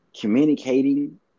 communicating